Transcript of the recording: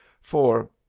for,